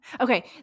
Okay